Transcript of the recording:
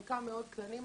חלקם מאוד קטנים.